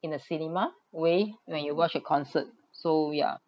in a cinema way than you watch a concert so ya